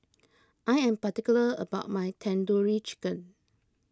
I am particular about my Tandoori Chicken